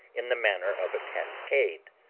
in the manner of a cascade,